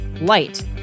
light